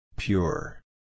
Pure